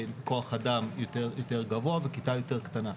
כוח אדם יותר גבוה וכיתה יותר קטנה,